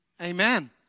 Amen